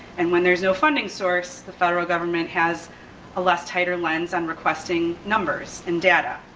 and when there's no funding source, the federal government has a less tighter lens on requesting numbers and data.